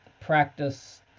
practice